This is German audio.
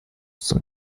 zum